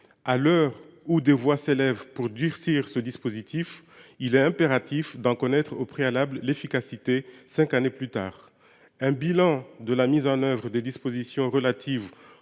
À l’heure où des voix s’élèvent pour durcir ce dispositif, il est impératif d’en connaître au préalable l’efficacité cinq années plus tard. Un bilan de la mise en œuvre des dispositions relatives